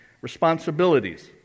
responsibilities